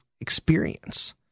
experience